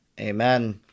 Amen